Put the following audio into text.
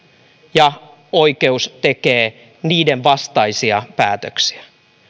ja oikeus tekee niiden vastaisia päätöksiä